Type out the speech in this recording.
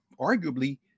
arguably